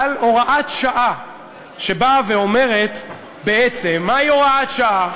על הוראת שעה שבאה ואומרת בעצם, מהי הוראת שעה?